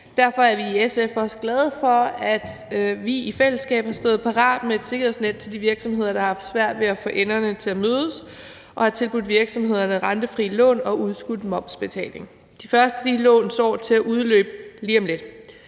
Derfor er vi i SF også glade for, at vi i fællesskab har stået parat med et sikkerhedsnet til de virksomheder, der har haft svært ved at få enderne til at mødes, og har tilbudt virksomhederne rentefrie lån og har udskudt momsbetalingen. De første af de lån står til at udløbe lige om lidt.